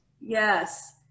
Yes